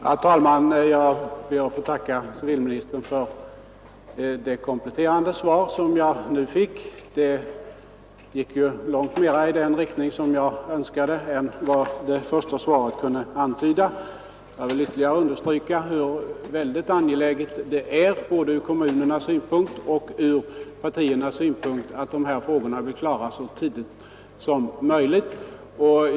Herr talman! Jag ber att få tacka civilministern för det kompletterande svar som jag nu fick. Det gick ju långt mera i den riktning som jag önskade än vad det första svaret kunde antyda. Jag vill ytterligare understryka hur väldigt angeläget det är både ur kommunernas synpunkt och ur partiernas synpunkt att besluten — i vilken riktning de än går — kommer så tidigt som möjligt.